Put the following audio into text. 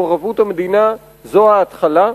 מעורבות המדינה, זאת ההתחלה.